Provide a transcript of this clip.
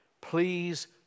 please